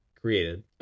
created